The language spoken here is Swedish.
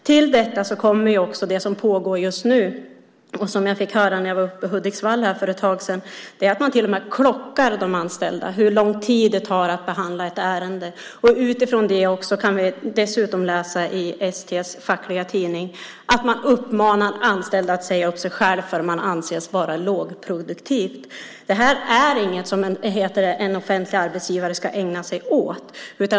Till detta kommer också det som pågår just nu och som jag fick höra om när jag var uppe i Hudiksvall för ett tag sedan, nämligen att de anställda till och med klockas för att se hur lång tid det tar att behandla ett ärende. Vi kan dessutom läsa i ST:s fackliga tidning att anställda uppmanas att säga upp sig för att de anses vara lågproduktiva. Detta är inget som en offentlig arbetsgivare ska ägna sig åt.